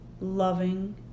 loving